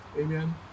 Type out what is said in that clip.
amen